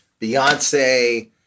Beyonce